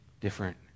different